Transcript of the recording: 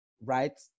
right